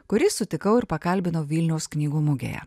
kurį sutikau ir pakalbinau vilniaus knygų mugėje